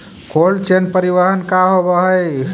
Cold chain परिवहन का होव हइ?